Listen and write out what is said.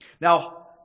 Now